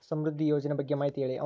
ಸಮೃದ್ಧಿ ಯೋಜನೆ ಬಗ್ಗೆ ಮಾಹಿತಿ ಹೇಳಿ?